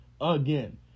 again